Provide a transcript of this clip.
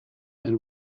and